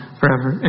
forever